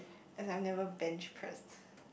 I have never bench pressed